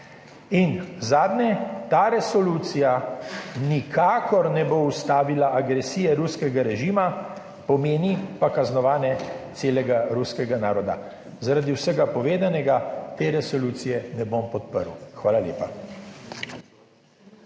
In zadnje. Ta resolucija nikakor ne bo ustavila agresije ruskega režima, pomeni pa kaznovanje celega ruskega naroda. Zaradi vsega povedanega te resolucije ne bom podprl. Hvala lepa.